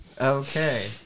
Okay